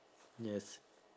yes